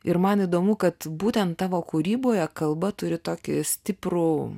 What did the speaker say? ir man įdomu kad būtent tavo kūryboje kalba turi tokį stiprų